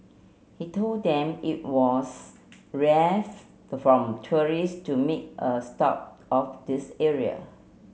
he told them it was rare from tourists to make a stop of this area